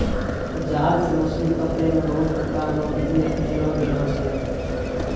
जाल से मछली पकड़ै मे बहुत प्रकार रो बिधि अपनैलो गेलो छै